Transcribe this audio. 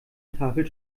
tafel